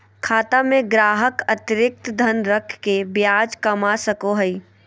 खाता में ग्राहक अतिरिक्त धन रख के ब्याज कमा सको हइ